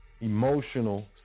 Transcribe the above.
emotional